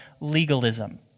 legalism